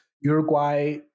Uruguay